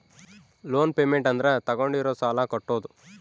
loan payment ಅಂದ್ರ ತಾಗೊಂಡಿರೋ ಸಾಲ ಕಟ್ಟೋದು